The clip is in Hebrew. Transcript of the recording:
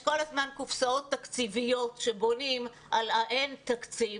יש כל הזמן קופסאות תקציביות שבונים על האין תקציב,